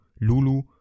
Lulu